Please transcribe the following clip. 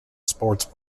sports